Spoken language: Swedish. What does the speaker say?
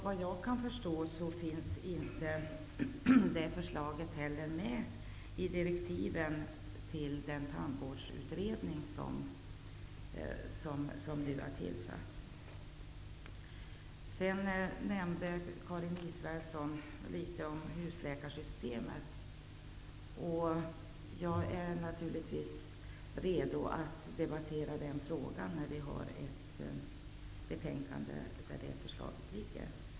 Vad jag kan förstå finns förslaget inte heller medtaget i direktiven till den Tandvårdsutredning som nu har tillsats. Karin Israelsson nämnde något om husläkarsystemet. Jag är naturligtvis redo att debattera den frågan när vi har ett betänkande med ett sådant förslag framlagt. Fru talman!